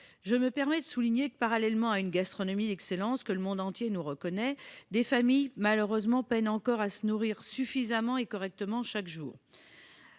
Je me permets de souligner que, parallèlement à l'existence d'une gastronomie d'excellence, que le monde entier nous reconnaît, des familles peinent malheureusement encore à se nourrir suffisamment et correctement chaque jour.